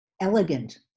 elegant